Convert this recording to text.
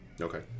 Okay